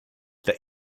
der